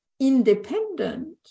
independent